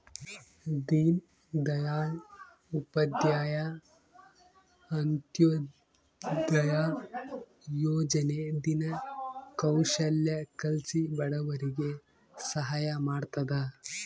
ದೀನ್ ದಯಾಳ್ ಉಪಾಧ್ಯಾಯ ಅಂತ್ಯೋದಯ ಯೋಜನೆ ದಿನ ಕೌಶಲ್ಯ ಕಲ್ಸಿ ಬಡವರಿಗೆ ಸಹಾಯ ಮಾಡ್ತದ